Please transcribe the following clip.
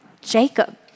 Jacob